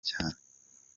cyane